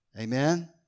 Amen